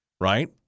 Right